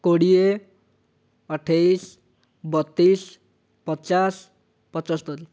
କୋଡ଼ିଏ ଅଠେଇଶ ବତିଶ ପଚାଶ ପଞ୍ଚସ୍ତରି